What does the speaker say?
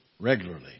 regularly